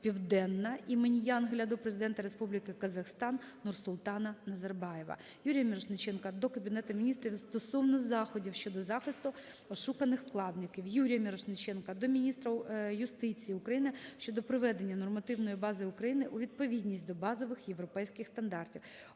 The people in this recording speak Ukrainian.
"Південне" імені Янгеля" до Президента Республіки Казахстан Нурсултана Назарбаєва. Юрія Мірошниченка до Кабінету Міністрів стосовно заходів щодо захисту ошуканих вкладників. Юрія Мірошниченка до Міністерства юстиції України щодо приведення нормативної бази України у відповідність до базових європейських стандартів.